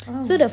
oh